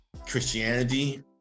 christianity